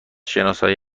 شناسایی